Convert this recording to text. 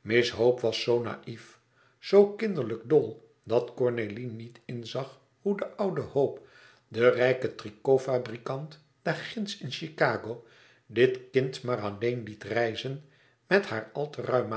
miss hope was zoo naïef zoo kinderlijk dol dat cornélie niet inzag hoe de oude hope de rijke tricot fabrikant daar ginds in chicago dit kind maar alleen liet reizen met haar al te ruim